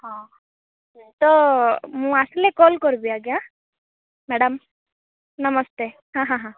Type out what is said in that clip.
ହଁ ତ ମୁଁ ଆସିଲେ କଲ୍ କରିବି ଆଜ୍ଞା ମ୍ୟାଡ଼ାମ୍ ନମସ୍ତେ ହାଁ ହାଁ ହାଁ